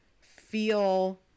feel